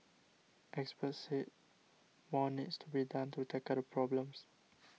experts said more needs to be done to tackle the problem